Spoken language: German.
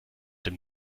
dem